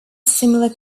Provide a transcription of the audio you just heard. similar